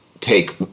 take